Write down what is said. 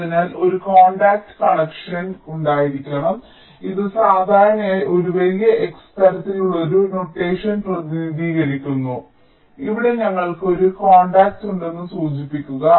അതിനാൽ ഒരു contact connection ഉണ്ടായിരിക്കണം ഇത് സാധാരണയായി ഒരു വലിയ x തരത്തിലുള്ള ഒരു നോട്ടേഷൻ പ്രതിനിധീകരിക്കുന്നു ഇവിടെ ഞങ്ങൾക്ക് ഒരു കോൺടാക്റ്റ് ഉണ്ടെന്ന് സൂചിപ്പിക്കുന്നു